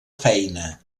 feina